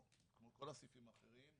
אם יש סעיף שעונה על זה ספציפית, בסדר.